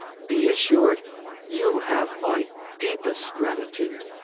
be assured you have my deepest gratitude.